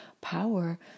power